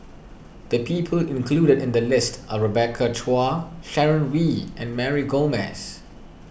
the people included in the list are Rebecca Chua Sharon Wee and Mary Gomes